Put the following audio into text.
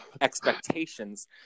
expectations